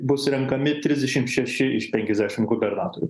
bus renkami trisdešim šeši iš penkiasdešim gubernatorių